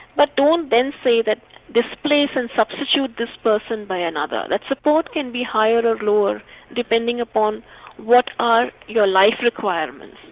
but don't then say that you displace and substitute this person by another, that support can be higher or lower depending upon what are your life requirements.